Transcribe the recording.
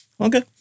okay